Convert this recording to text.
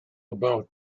about